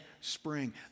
spring